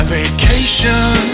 vacation